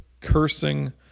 cursing